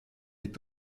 est